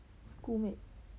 schoolmate